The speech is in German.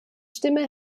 stimme